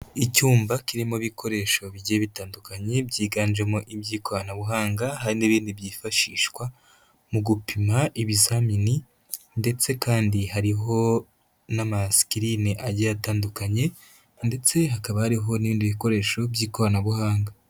Icyumba kirimo ibikoresho bigiye bitandukanye byiganjemo iby'ikoranabuhanga, hari n'ibindi byifashishwa mu gupima ibizamini ndetse kandi hariho n'amasikirini agiye atandukanye ndetse hakaba hariho n'ibindi bikoresho by'ikoranabuhanga.